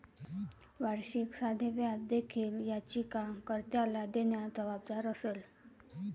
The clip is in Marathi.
वार्षिक साधे व्याज देखील याचिका कर्त्याला देण्यास जबाबदार असेल